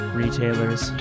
retailers